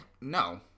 No